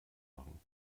machen